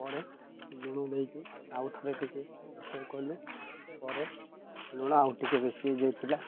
ପରେ ଲୁଣ ନେଇକି ଆଉ ଥରେ ଟିକେ କଲେ ପରେ ଲୁଣ ଆଉ ଟିକେ ବେଶୀ ହେଇଯାଇଥିଲା